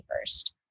first